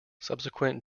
subsequent